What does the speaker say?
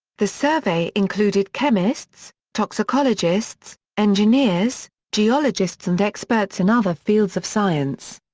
the survey included chemists, toxicologists, engineers, geologists and experts in other fields of science.